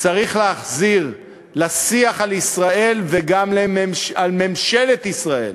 צריך להחזיר לשיח על ישראל וגם על ממשלת ישראל